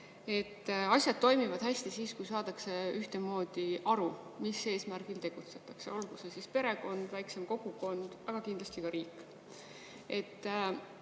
Asjad toimivad hästi siis, kui saadakse ühtemoodi aru, mis eesmärgil tegutsetakse – olgu see siis perekond, väiksem kogukond, aga kindlasti ka riik.